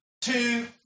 two